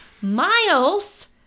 miles